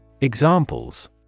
Examples